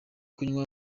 kunywa